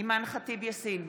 אימאן ח'טיב יאסין,